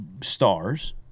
stars